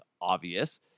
obvious